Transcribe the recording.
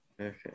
Okay